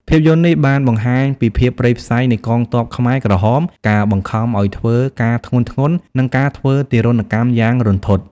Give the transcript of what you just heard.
ភាពយន្តនេះបានបង្ហាញពីភាពព្រៃផ្សៃនៃកងទ័ពខ្មែរក្រហម ការបង្ខំឲ្យធ្វើការធ្ងន់ៗ និងការធ្វើទារុណកម្មយ៉ាងរន្ធត់ ។